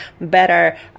better